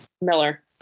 Miller